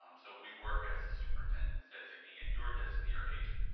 um so we work as the superintendent's designee and your designee or agent.